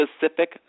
specific